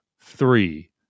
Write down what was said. three